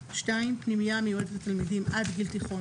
" פנימייה המיועדת לתלמידים עד גיל תיכון